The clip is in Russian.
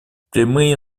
прямые